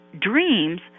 dreams